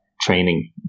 training